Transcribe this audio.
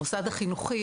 המוסד החינוכי,